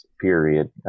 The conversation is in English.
period